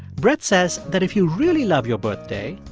brett says that if you really love your birthday,